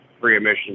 pre-emission